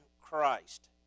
Christ